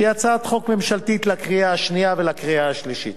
המדבר בתקופת האכשרה.